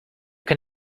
can